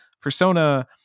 Persona